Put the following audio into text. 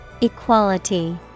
Equality